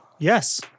Yes